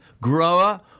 grower